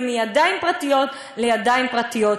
זה מידיים פרטיות לידיים פרטיות.